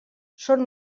són